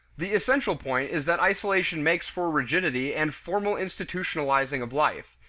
the essential point is that isolation makes for rigidity and formal institutionalizing of life,